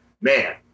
man